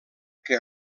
que